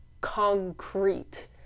Concrete